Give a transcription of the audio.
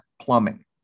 plumbing